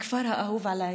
הכפר האהוב עליי,